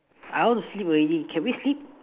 I want to sleep already can we sleep